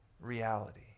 reality